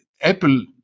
Apple